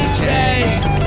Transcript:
chase